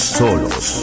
solos